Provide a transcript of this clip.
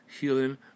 healing